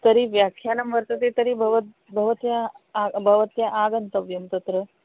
तर्हि व्याख्यानं वर्तते तर्हि भवद् भवत्यः आग् भवत्यः आगन्तव्यं तत्र